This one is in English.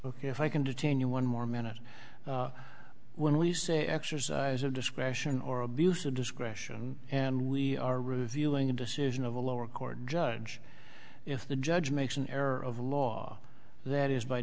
ok if i can detain you one more minute when we say exercise of discretion or abuse of discretion and we are reviewing a decision of a lower court judge if the judge makes an error of law that is by